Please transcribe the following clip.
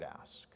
ask